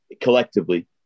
collectively